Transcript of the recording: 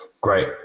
Great